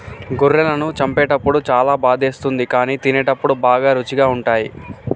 గొర్రెలను చంపేటప్పుడు చాలా బాధేస్తుంది కానీ తినేటప్పుడు బాగా రుచిగా ఉంటాయి